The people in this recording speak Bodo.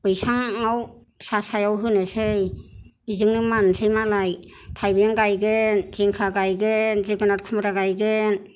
बैसाङाव सा सायाव होनोसै बिजोंनो मानसै मालाय थायबें गायगोन जिंखा गायगोन जोगोनार खुमब्रा गायगोन